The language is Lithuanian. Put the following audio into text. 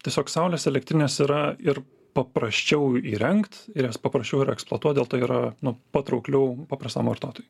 tiesiog saulės elektrines yra ir paprasčiau įrengt ir jas paprasčiau yra eksploatuot dėl to yra nu patraukliau paprastam vartotojui